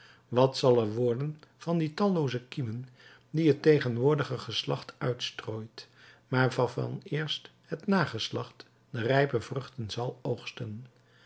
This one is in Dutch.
wat zal er worden van die tallooze kiemen die het tegenwoordige geslacht uitstrooit maar waarvan eerst het nageslacht de rijpe vruchten zal oogsten